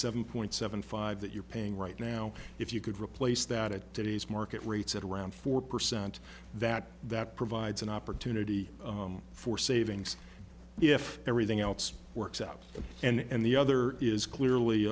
seven point seven five that you're paying right now if you could replace that at today's market rates at around four percent that that provides an opportunity for savings if everything else works out and the other is clearly